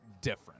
different